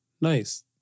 Nice